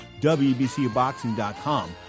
wbcboxing.com